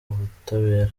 ubutabera